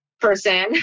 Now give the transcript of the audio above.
person